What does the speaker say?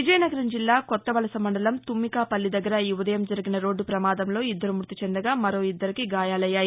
విజయనగరం జిల్లా కొత్తవలస మండలం తుమ్మికాపల్లి దగ్గర ఈ ఉదయం జరిగిన రోడ్లు పమాదంలో ఇద్దరు మృతి చెందగా మరో ఇద్దరికి గాయాలయ్యాయి